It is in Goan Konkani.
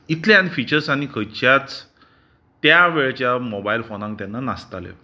इतले आनीक फिचर आनी खंयच्याच त्या वेळच्या मोबायल फोनाक तेन्ना नासताले